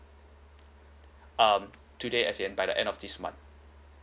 um today as in by the end of this month